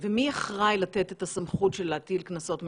ומי אחראי לתת את הסמכות של להטיל קנסות מנהליים?